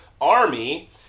army